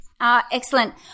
Excellent